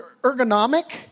ergonomic